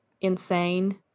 insane